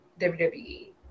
WWE